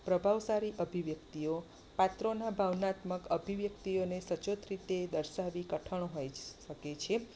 પ્રભાવશાળી અભિવ્યક્તિઓ પાત્રોના ભાવનાત્મક અભિવ્યક્તિઓને સચોટ રીતે દર્શાવવી કઠણ હોય શકે છે